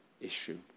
issue